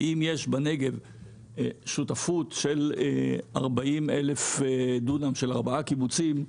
אם יש בנגב שותפות של 40,000 דונם של ארבעה קיבוצים,